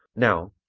now,